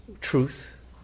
truth